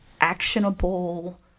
actionable